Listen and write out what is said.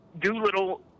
Doolittle